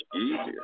easier